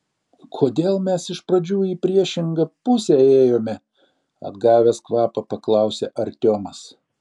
kodėl mes iš pradžių į priešingą pusę ėjome atgavęs kvapą paklausė artiomas